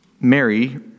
Mary